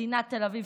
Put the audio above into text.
מדינת תל אביב,